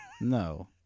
No